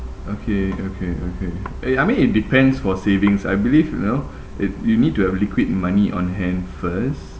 okay okay okay eh I mean it depends for savings I believe you know it you need to have liquid money on hand first